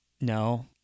no